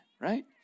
right